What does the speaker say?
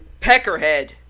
Peckerhead